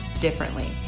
differently